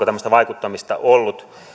tämmöistä vaikuttamista ollut